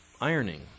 ironing